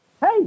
Hey